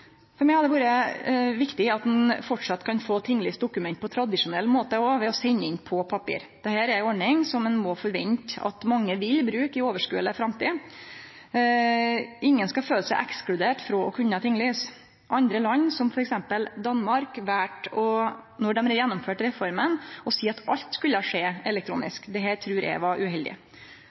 For meg har det vore viktig at ein framleis kan få tinglyst dokument på tradisjonell måte ved å sende inn på papir. Dette er ei ordning som ein må forvente at mange vil bruke i overskodeleg framtid. Ingen skal føle seg ekskludert frå å kunne tinglyse. Andre land, som t.d. Danmark, valde – då dei gjennomførte reforma – å seie at alt skulle skje elektronisk. Det trur eg var uheldig.